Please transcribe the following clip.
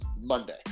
Monday